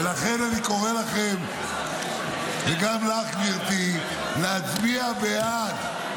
ולכן אני קורא לכם, וגם לך, גברתי, להצביע בעד.